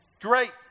great